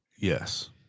Yes